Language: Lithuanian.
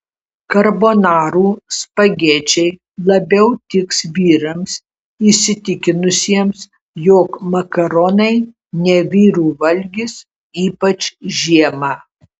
karbonarų spagečiai labiau tiks vyrams įsitikinusiems jog makaronai ne vyrų valgis ypač žiemą